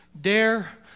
Dare